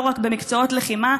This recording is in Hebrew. לא רק במקצועות לחימה,